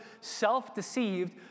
self-deceived